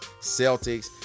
Celtics